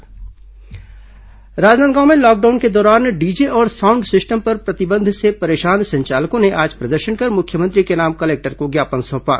राजनांदगांव प्रदर्शन राजनांदगांव में लॉकडाउन के दौरान डीजे और साउंड सिस्टम पर प्रतिबंध से परेशान संचालकों ने आज प्रदर्शन कर मुख्यमंत्री के नाम कलेक्टर को ज्ञापन सौंपा